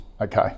Okay